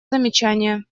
замечания